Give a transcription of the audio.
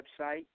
website